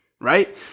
right